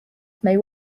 may